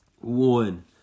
one